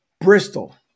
Bristol